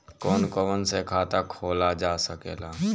कौन कौन से खाता खोला जा सके ला?